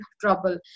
trouble